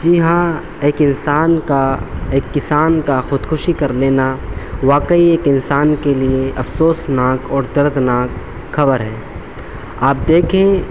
جی ہاں ایک انسان کا ایک کسان کا خودکشی کر لینا واقعی ایک انسان کے لیے افسوس ناک اور دردناک خر ہے آپ دیکھیں